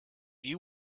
you